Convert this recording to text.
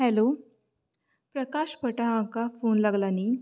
hello Prakash फटा हाका phone लागला न्ही